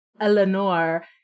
Eleanor